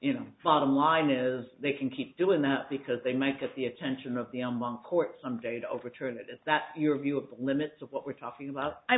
you know bottom line is they can keep doing that because they might get the attention of the armoire court some day to overturn that is that your view of the limits of what we're talking about i